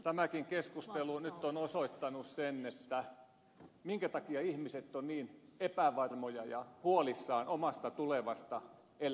tämäkin keskustelu nyt on osoittanut sen minkä takia ihmiset ovat niin epävarmoja ja huolissaan omasta tulevasta eläkkeestään